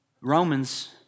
Romans